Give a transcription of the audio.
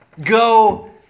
go